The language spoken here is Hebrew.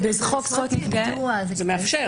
זה מאפשר.